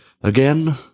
again